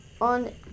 on